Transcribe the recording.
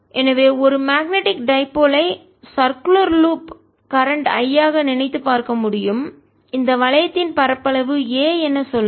எனவே ஒரு magnetic dipole ஐ சர்குலர் லூப் வட்ட வளையம் கரண்ட் I ஆக நினைத்துப் பார்க்க முடியும் இந்த வளையத்தின் பரப்பளவு a என சொல்லுங்கள்